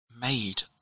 made